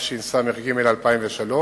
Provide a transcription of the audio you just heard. התשס"ג 2003,